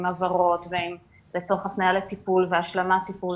הבהרות לצורך הפניה לטיפול והשלמת טיפול.